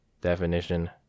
Definition